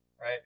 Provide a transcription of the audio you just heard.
right